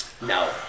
No